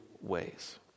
ways